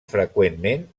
freqüentment